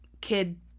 Kid